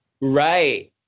Right